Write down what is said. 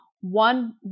one